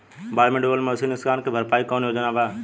बाढ़ में डुबल मवेशी नुकसान के भरपाई के कौनो योजना वा?